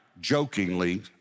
jokingly